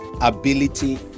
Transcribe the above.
ability